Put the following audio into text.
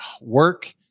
work